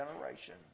generation